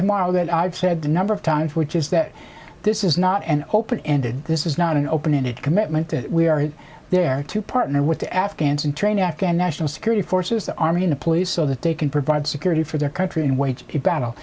tomorrow that i've said the number of times which is that this is not an open ended this is not an open ended commitment that we are there to partner with the afghans and train afghan national security forces the army and police so that they can provide security for their country and